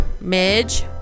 Midge